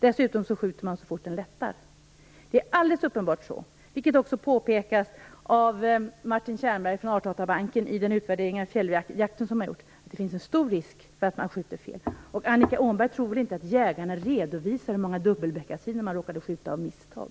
Dessutom skjuter man så fort den lättar. Det är alldeles uppenbart så - vilket också påpekas av Martin Tjernberg från Artdatabanken i den utvärdering av fjälljakten som har gjorts - att det finns en stor risk att man skjuter fel. Och Annika Åhnberg tror väl inte att jägarna redovisar hur många dubbelbeckasiner de råkade skjuta av misstag!